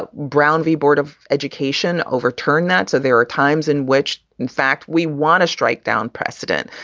but brown v. board of education overturn that. so there are times in which in fact, we want to strike down precedent.